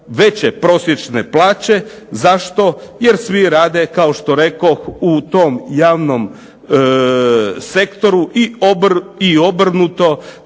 veće prosječne plaće. Zašto, jer svi rade kao što rekoh u tom javnom sektoru i obrnuto,